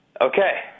okay